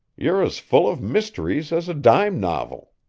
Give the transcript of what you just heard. you're as full of mysteries as a dime novel.